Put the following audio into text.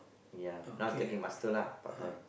ya now is taking master lah part time